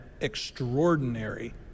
extraordinary